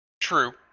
True